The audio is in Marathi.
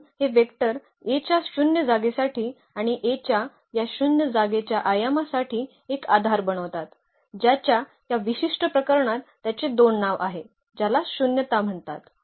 म्हणून हे वेक्टर A च्या शून्य जागेसाठी आणि A च्या या शून्य जागेच्या आयामासाठी एक आधार बनवतात ज्याच्या या विशिष्ट प्रकरणात त्याचे 2 नाव आहे ज्याला शून्यता म्हणतात